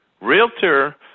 realtor